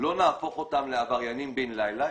לא נהפוך אותם לעבריינים בן לילה,